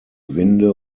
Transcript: winde